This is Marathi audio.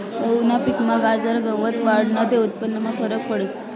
गहूना पिकमा गाजर गवत वाढनं ते उत्पन्नमा फरक पडस